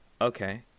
okay